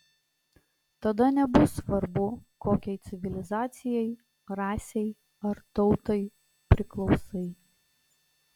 tada nebus svarbu kokiai civilizacijai rasei ar tautai priklausai